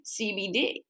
CBD